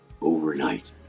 overnight